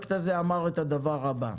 והפרויקט הזה אמר את הדבר הבא: